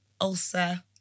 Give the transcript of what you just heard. ulcer